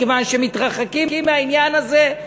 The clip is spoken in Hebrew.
מכיוון שמתרחקים מהעניין הזה.